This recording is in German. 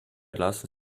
lassen